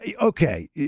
Okay